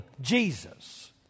Jesus